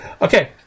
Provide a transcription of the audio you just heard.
Okay